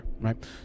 right